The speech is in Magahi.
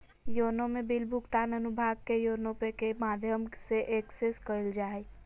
योनो में बिल भुगतान अनुभाग के योनो पे के माध्यम से एक्सेस कइल जा हइ